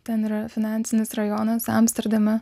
ten yra finansinis rajonas amsterdame